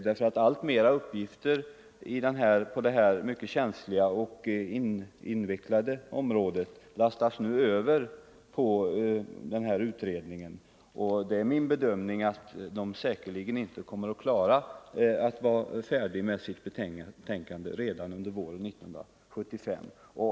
Allt fler uppgifter på — det här mycket känsliga och invecklade området lastas nu över på denna — Om sekretesskydd kommitté, och min bedömning är att den säkerligen inte kommer att = för vissa personuppvara färdig med sitt betänkande i tid.